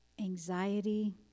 anxiety